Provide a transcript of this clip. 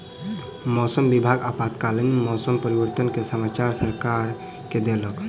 मौसम विभाग आपातकालीन मौसम परिवर्तन के समाचार सरकार के देलक